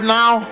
now